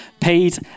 paid